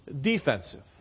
defensive